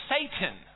Satan